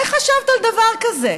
איך חשבת על דבר כזה?